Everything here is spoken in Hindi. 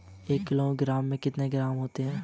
एक किलोग्राम में कितने ग्राम होते हैं?